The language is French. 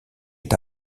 est